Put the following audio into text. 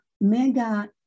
mega